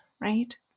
right